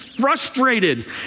frustrated